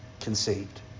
conceived